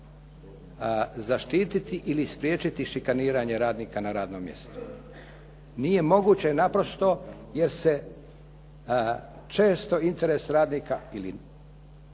zaštititi ili spriječiti šikaniranje radnika na radnom mjestu. Nije moguće naprosto jer se često interes radnika,